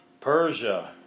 Persia